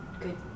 good